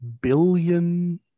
billion